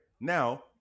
now